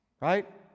Right